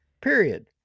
period